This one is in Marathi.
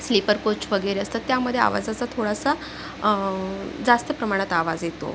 स्लीपर कोच वगैरे असतात त्यामध्ये आवाजाचा थोडासा जास्त प्रमाणात आवाज येतो